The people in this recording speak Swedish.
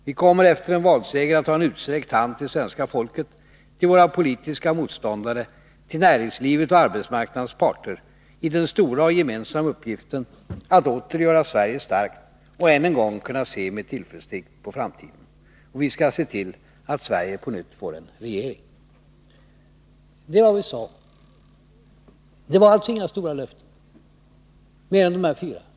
Vi kommer efter en valseger att ha en utsträckt hand till svenska folket, till våra politiska motståndare, till näringslivet och arbetsmarknadens parter i den stora och gemensamma uppgiften att åter göra Sverige starkt och än en gång kunna se med tillförsikt på framtiden. Och vi skall se till att Sverige på nytt får en regering.” Det var vad vi sade. Det var alltså inga stora löften, bara dessa fyra.